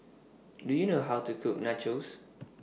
Do YOU know How to Cook Nachos